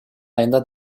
ayında